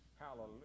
Hallelujah